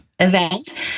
Event